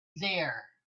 there